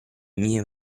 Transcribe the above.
miei